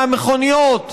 מהמכוניות,